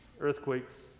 earthquakes